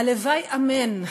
הלוואי, אמן,